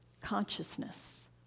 consciousness